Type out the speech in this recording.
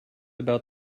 about